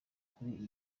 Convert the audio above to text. kuri